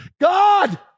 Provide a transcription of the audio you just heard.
God